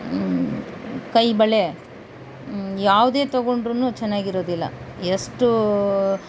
ಕೈ ಬಳೆ ಯಾವುದೇ ತೊಗೊಂಡ್ರೆನೂ ಚೆನ್ನಾಗಿರೋದಿಲ್ಲ ಎಷ್ಟು